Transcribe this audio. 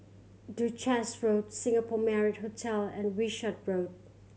Duchess Road Singapore Marriott Hotel and Wishart Road